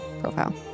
profile